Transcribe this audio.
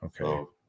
okay